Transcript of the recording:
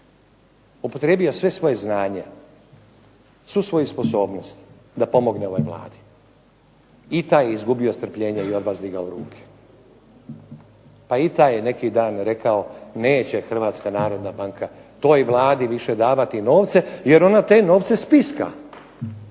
upotrijebio sve svoje znanje, svu svoju sposobnost da pomogne ovoj Vladi i taj je izgubio strpljenje i od vas digao ruke, pa i taj je neki dan rekao neće Hrvatska narodna banka toj Vladi više davati novce jer ona te novce spiska